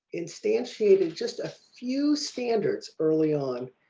instantiated just a few standards. early on,